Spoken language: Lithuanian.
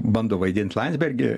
bando vaidint landsbergį